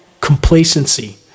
complacency